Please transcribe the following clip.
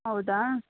ಹೌದಾ